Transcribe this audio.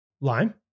Lime